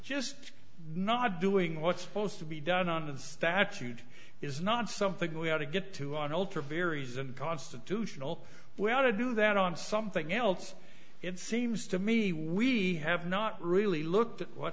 just not doing what's supposed to be done on the statute is not something we ought to get to on ultra beer is a constitutional we ought to do that on something else it seems to me we have not really looked at what